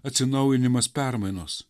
atsinaujinimas permainos